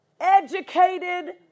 educated